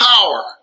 power